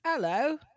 hello